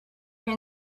your